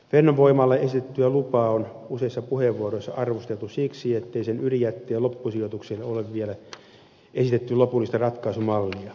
fennovoimalle esitettyä lupaa on useissa puheenvuoroissa arvosteltu siksi ettei sen ydinjätteen loppusijoitukseen ole vielä esitetty lopullista ratkaisumallia